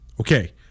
Okay